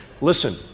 listen